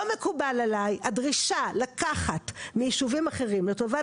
לא מקובלת עליי הדרישה לקחת מישובים אחרים לטובת